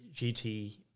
GT